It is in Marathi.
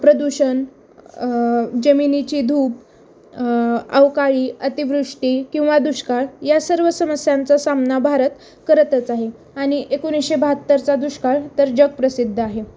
प्रदूषण जमिनीची धूप अवकाळी अतिवृष्टी किंवा दुष्काळ या सर्व समस्यांचा सामना भारत करतच आहे आणि एकोणीसशे बहात्तरचा दुष्काळ तर जगप्रसिद्ध आहे